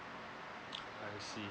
I see